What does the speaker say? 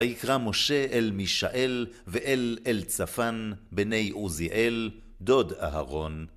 ויקרא משה אל מישאל, ואל אל צפן, בני עוזיאל, דוד אהרון.